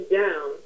down